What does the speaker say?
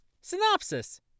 Synopsis